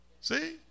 See